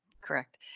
Correct